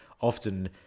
often